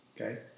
Okay